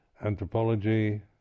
anthropology